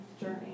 journey